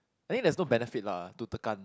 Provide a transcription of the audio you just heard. I think there's no benefit lah to tekan